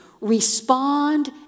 respond